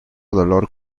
dolor